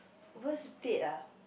worst date ah